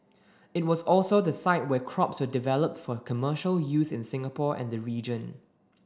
it was also the site where crops were developed for commercial use in Singapore and the region